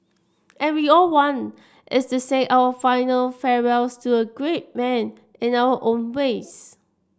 and we all one to say our final farewells to a great man in our own ways